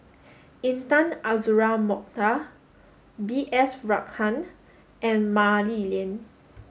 Intan Azura Mokhtar B S Rajhans and Mah Li Lian